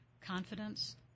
Confidence